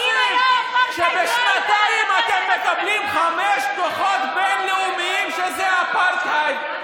אתה נגד המדינה.